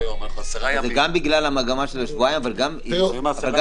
זה גם בגלל המגמה שזה שבועיים אבל גם יש